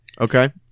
Okay